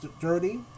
dirty